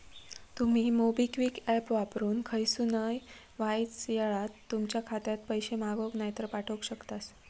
तुमी MobiKwik app वापरून खयसूनय वायच येळात तुमच्या खात्यात पैशे मागवक नायतर पाठवक शकतास